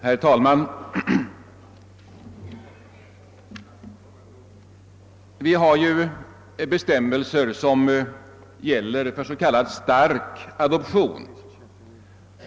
Herr talman! Vi har som bekant bestämmelser som gäller för s.k. stark adoption.